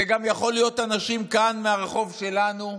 זה גם יכול להיות אנשים כאן מהרחוב שלנו,